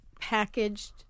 packaged